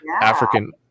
African